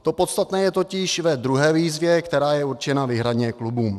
To podstatné je totiž v druhé výzvě, která je určena výhradně klubům.